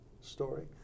story